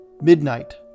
Midnight